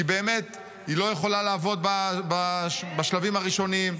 כי באמת היא לא יכולה לעבוד בשלבים הראשונים,